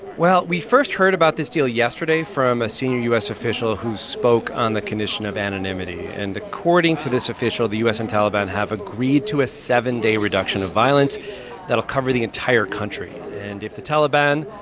well, we first heard about this deal yesterday from a senior u s. official who spoke on the condition of anonymity. and according to this official, the u s. and taliban have agreed to a seven-day reduction of violence that will cover the entire country. and if the taliban,